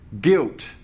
guilt